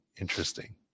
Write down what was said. interesting